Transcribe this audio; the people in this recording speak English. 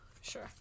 sure